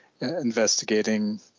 investigating